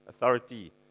authority